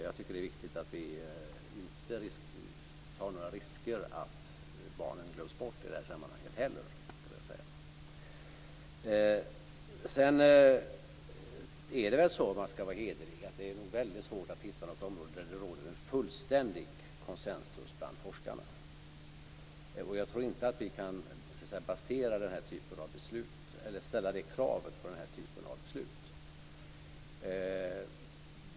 Jag tycker att det är viktigt att vi inte tar några risker och att barnen inte glöms bort i det här sammanhanget heller. Om man skall var hederlig är det nog väldigt svårt att hitta något område där det råder en fullständig konsensus bland forskarna. Jag tror inte att vi kan ställa det kravet på den här typen av beslut.